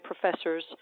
professors